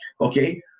Okay